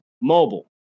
Mobile